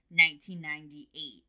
1998